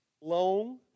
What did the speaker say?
long